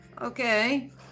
Okay